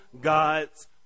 God's